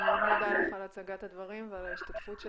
אני מאוד מודה לך על הצגת הדברים ועל השתתפותך.